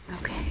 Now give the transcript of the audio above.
okay